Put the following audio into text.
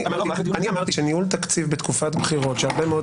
אני אמרתי שניהול תקציב בתקופת בחירות שהרבה מאוד